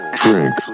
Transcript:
drink